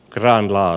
granulaa